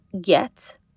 get